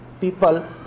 people